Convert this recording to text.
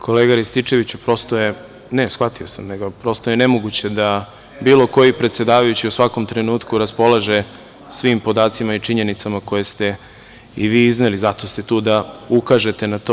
Kolega Rističeviću, prosto je nemoguće da bilo koji predsedavajući u svakom trenutku raspolaže svim podacima i činjenicama koje ste i vi izneli, zato ste tu da ukažete na to.